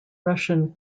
russian